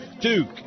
Duke